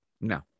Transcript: No